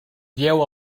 dieu